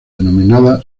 denominada